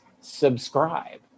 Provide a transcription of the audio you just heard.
subscribe